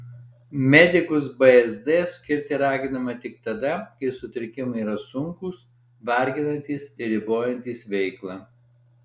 medikus bzd skirti raginama tik tada kai sutrikimai yra sunkūs varginantys ir ribojantys veiklą